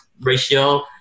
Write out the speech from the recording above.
ratio